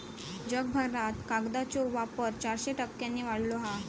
जगभरात कागदाचो वापर चारशे टक्क्यांनी वाढलो हा